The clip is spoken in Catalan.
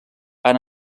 han